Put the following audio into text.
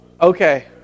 Okay